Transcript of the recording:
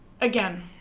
again